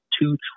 two